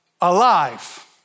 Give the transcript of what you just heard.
alive